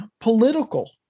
political